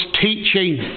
teaching